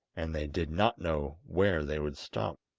and they did not know where they would stop.